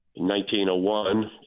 1901